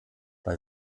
bei